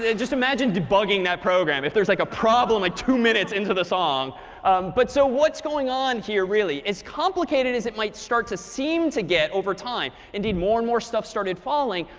just imagine debugging that program. if there's like a problem ah two minutes into the song but so what's going on here really? as complicated as it might start to seem to get over time, indeed more and more stuff started falling,